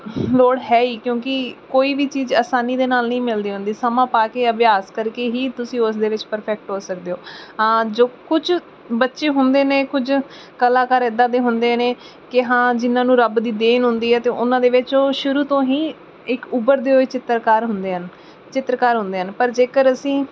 ਲੋੜ ਹੈ ਹੀ ਕਿਉਂਕਿ ਕੋਈ ਵੀ ਚੀਜ਼ ਆਸਾਨੀ ਦੇ ਨਾਲ ਨਹੀਂ ਮਿਲਦੀ ਹੁੰਦੀ ਸਮਾਂ ਪਾ ਕੇ ਅਭਿਆਸ ਕਰਕੇ ਹੀ ਤੁਸੀਂ ਉਸ ਦੇ ਵਿੱਚ ਪਰਫੈਕਟ ਹੋ ਸਕਦੇ ਹੋ ਹਾਂ ਜੋ ਕੁਝ ਬੱਚੇ ਹੁੰਦੇ ਨੇ ਕੁਝ ਕਲਾਕਾਰ ਇੱਦਾਂ ਦੇ ਹੁੰਦੇ ਨੇ ਕਿ ਹਾਂ ਜਿਹਨਾਂ ਨੂੰ ਰੱਬ ਦੀ ਦੇਣ ਹੁੰਦੀ ਹੈ ਅਤੇ ਉਹਨਾਂ ਦੇ ਵਿੱਚ ਉਹ ਸ਼ੁਰੂ ਤੋਂ ਹੀ ਇੱਕ ਉੱਭਰਦੇ ਹੋਏ ਚਿੱਤਰਕਾਰ ਹੁੰਦੇ ਹਨ ਚਿੱਤਰਕਾਰ ਹੁੰਦੇ ਹਨ ਪਰ ਜੇਕਰ ਅਸੀਂ